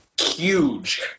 huge